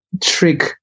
trick